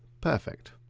perfect.